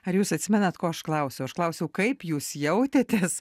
ar jūs atsimenat ko aš klausiau aš klausiau kaip jūs jautėtės